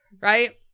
right